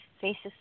face's